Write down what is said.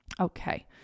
Okay